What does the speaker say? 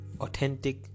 authentic